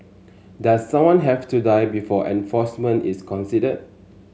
does someone have to die before enforcement is considered